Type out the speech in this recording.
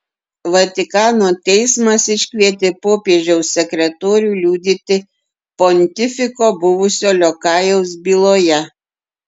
vatikano teismas iškvietė popiežiaus sekretorių liudyti pontifiko buvusio liokajaus byloje